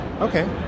Okay